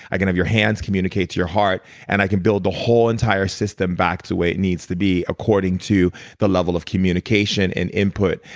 i can have your hands communicate to your heart and i can build the whole entire system back to where it needs to be according to the level of communication and input.